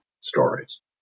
stories